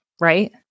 Right